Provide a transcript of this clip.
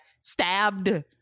stabbed